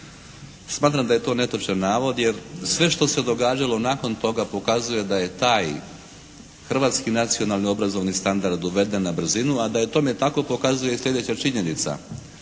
Smatram da je to netočan navod, jer sve što se događalo nakon toga pokazuje da je taj hrvatski nacionalni obrazovni standard uveden na brzinu. A da je tome tako pokazuje i sljedeća činjenica.